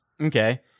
Okay